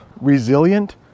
Resilient